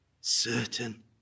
certain